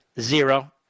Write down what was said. Zero